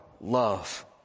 love